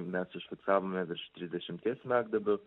mes užfiksavome virš trisdešimties smegduobių